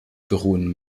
beruhen